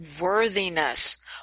Worthiness